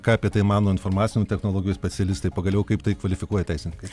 ką apie tai mano informacinių technologijų specialistai pagaliau kaip tai kvalifikuoja teisininkai